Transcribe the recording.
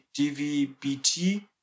dvbt